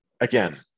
again